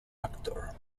actor